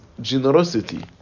generosity